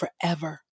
forever